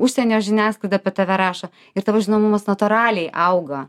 užsienio žiniasklaida apie tave rašo ir tavo žinomumas natūraliai auga